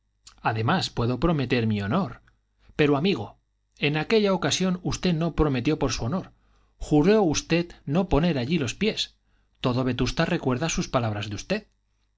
además puedo prometer por mi honor pero amigo en aquella ocasión usted no prometió por su honor juró usted no poner allí los pies todo vetusta recuerda sus palabras de usted